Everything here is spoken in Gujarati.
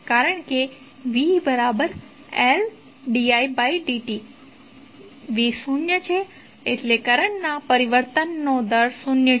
કારણ કે vLdidt v શૂન્ય છે એટલે કરંટના પરિવર્તનનો દર શૂન્ય છે